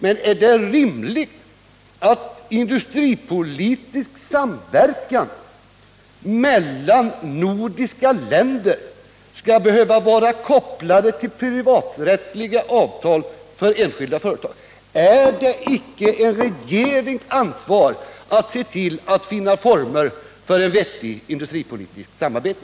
Men är det rimligt att industripolitisk samverkan mellan nordiska länder skall behöva vara kopplad till privaträttsliga avtal för enskilda företag? Är icke en regering ansvarig när det gäller att finna formerna för ett vettigt industripolitiskt samarbete?